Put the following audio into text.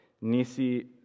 Nisi